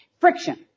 Friction